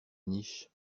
niche